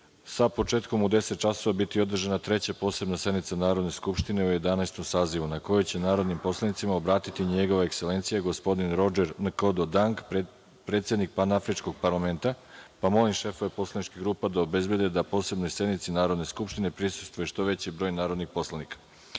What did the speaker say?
sa početkom u 10.00 časova biti održana Treća posebna sednica Narodne skupštine u Jedanaestom sazivu, na kojoj će se narodnim poslanicima obratiti NJegova Ekselencija gospodin Rodžer Nkodo Dang, predsednik Panafričkog parlamenta. Molim šefove poslaničkih grupa da obezbede da posebnoj sednici Narodne skupštine prisustvuje što veći broj narodnih